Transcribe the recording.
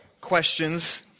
questions